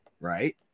right